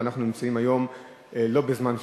ואנחנו נמצאים היום לא בזמן שביתה.